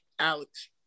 Alex